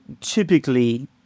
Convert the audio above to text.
typically